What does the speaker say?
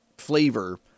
flavor